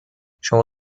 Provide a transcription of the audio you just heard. شما